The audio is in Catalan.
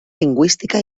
lingüística